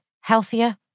healthier